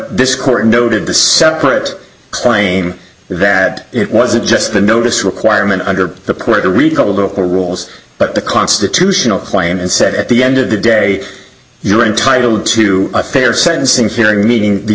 this court noted this separate claim that it wasn't just the notice requirement under the puerto rico rules but the constitutional claim and said at the end of the day you're entitled to a fair sentencing hearing meaning the